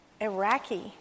Iraqi